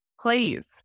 please